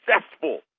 successful